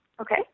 Okay